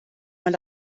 man